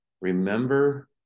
Remember